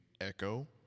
echo